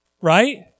right